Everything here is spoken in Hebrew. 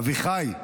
אביחי.